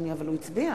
(קוראת בשמות חברי הכנסת) ג'מאל זחאלקה,